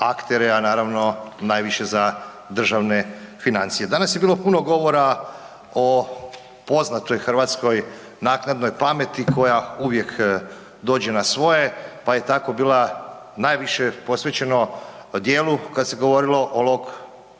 a naravno, najviše za državne financije. Danas je bilo puno govora o poznatoj hrvatskoj naknadnoj pameti koja uvijek dođe na svoje pa je tako bila najviše posvećeno djelu kada se govorilo o lockdownu,